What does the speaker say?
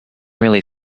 really